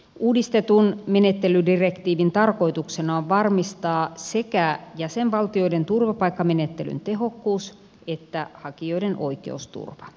uudistetun menettelydirektiivin tarkoituksena on varmistaa sekä jäsenvaltioiden turvapaikkamenettelyn tehokkuus että hakijoiden oikeusturva